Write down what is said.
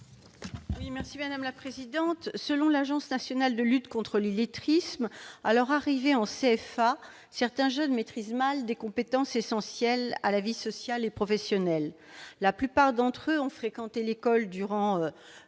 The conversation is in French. à Mme Laurence Cohen. Selon l'Agence nationale de lutte contre l'illettrisme, à leur arrivée en CFA, certains jeunes maîtrisent mal des compétences essentielles à la vie sociale et professionnelle. La plupart d'entre eux ont fréquenté l'école durant